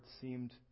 seemed